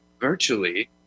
virtually